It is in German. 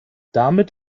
damit